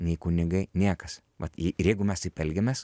nei kunigai niekas vat ir jeigu mes taip elgiamės